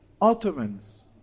Ottomans